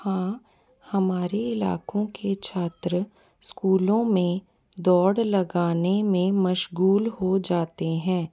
हाँ हमारे इलाकों के छात्र स्कूलों में दौड़ लगाने में मशगुल हो जाते हैं